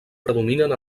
predominen